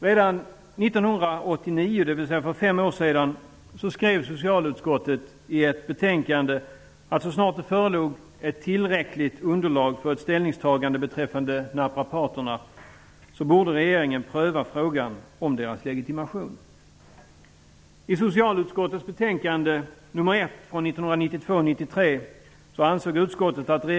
Redan 1989, dvs. för fem år sedan, skrev socialutskottet i ett betänkande att så snart det förelåg ett tillräckligt underlag för ett ställningstagande beträffande naprapaterna borde regeringen pröva frågan om deras legitimation.